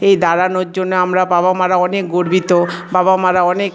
এই দাঁড়ানোর জন্য আমরা বাবা মারা অনেক গর্বিত বাবা মারা অনেক